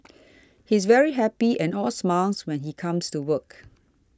he's very happy and all smiles when he comes to work